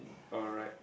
alright